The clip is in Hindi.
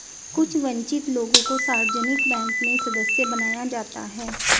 कुछ वन्चित लोगों को सार्वजनिक बैंक में सदस्य बनाया जाता है